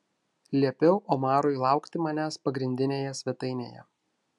liepiau omarui laukti manęs pagrindinėje svetainėje